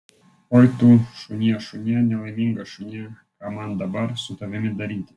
oi tu šunie šunie nelaimingas šunie ką man dabar su tavimi daryti